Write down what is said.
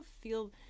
feel